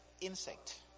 insect